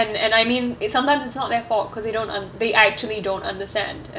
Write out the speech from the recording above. and and I mean it's sometimes it's not their fault because they don't un~ they actually don't understand